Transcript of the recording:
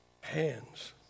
hands